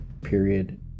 period